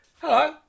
Hello